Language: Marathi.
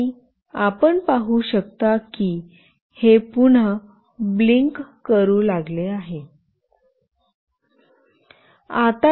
आणि आपण पाहू शकता की हे पुन्हा ब्लिंक करू लागले आहे